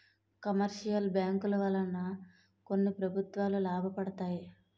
commercial బ్యాంకుల వలన కొన్ని ప్రభుత్వాలు లాభపడతాయి